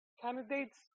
candidates